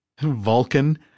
Vulcan